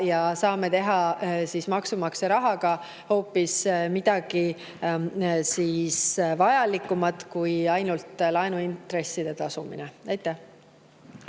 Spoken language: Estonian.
ja saame teha maksumaksja rahaga hoopis midagi vajalikumat kui ainult laenuintresside tasumine. Suur